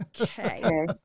Okay